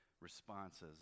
responses